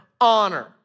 honor